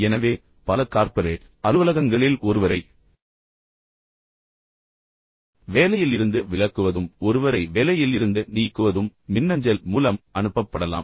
எனவே பல கார்ப்பரேட் அலுவலகங்களில் ஒருவரை வேலையில் இருந்து விலக்குவதும் ஒருவரை வேலையில் இருந்து நீக்குவதும் மின்னஞ்சல் மூலம் அனுப்பப்படலாம்